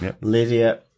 Lydia